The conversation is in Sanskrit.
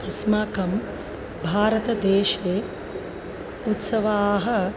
अस्माकं भारतदेशे उत्सवानाम्